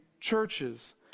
churches